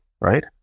right